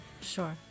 sure